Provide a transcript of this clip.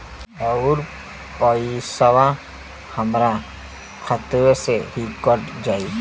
अउर पइसवा हमरा खतवे से ही कट जाई?